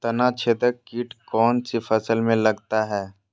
तनाछेदक किट कौन सी फसल में लगता है?